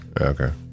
Okay